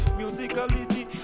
musicality